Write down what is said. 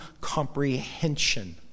comprehension